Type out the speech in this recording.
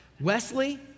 Wesley